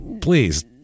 Please